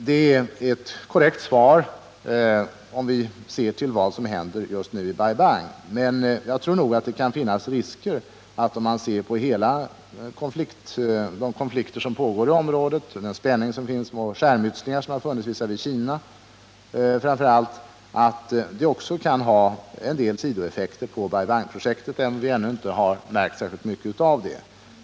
Det är ett korrekt svar, om vi ser till vad som händer just nu i Bai Bang, men jag tror att det kan finnas risker, om man ser på de konflikter som pågår i området, den spänning och de skärmytslingar som förekommit visavi framför allt Kina, att det blir en del sidoeffekter på Bai Bang-projektet, även om vi ännu inte märkt särskilt mycket av det.